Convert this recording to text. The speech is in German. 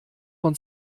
von